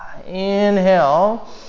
Inhale